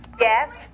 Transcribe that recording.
Yes